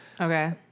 Okay